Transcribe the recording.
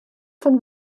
von